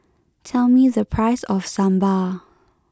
tell me the price of Sambar